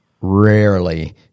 Rarely